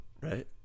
right